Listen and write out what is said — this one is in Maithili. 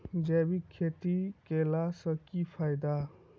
जैविक खेती केला सऽ की फायदा?